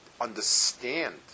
understand